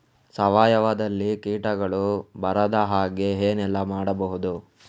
ಸಾವಯವದಲ್ಲಿ ಕೀಟಗಳು ಬರದ ಹಾಗೆ ಏನೆಲ್ಲ ಮಾಡಬಹುದು?